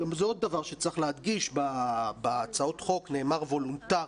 עוד דבר שצריך להדגיש, בהצעות החוק נאמר וולונטרי,